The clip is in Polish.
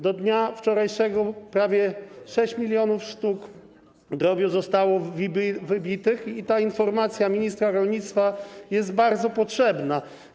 Do dnia wczorajszego prawie 6 mln sztuk drobiu zostało wybite i ta informacja ministra rolnictwa jest bardzo potrzebna.